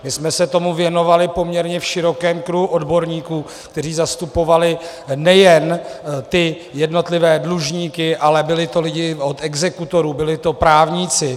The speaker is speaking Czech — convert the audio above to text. My jsme se tomu věnovali poměrně v širokém kruhu odborníků, kteří zastupovali nejen jednotlivé dlužníky, ale byli to lidi i od exekutorů, byli to právníci.